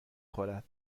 خورد